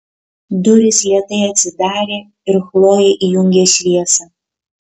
durys lėtai atsidarė ir chlojė įjungė šviesą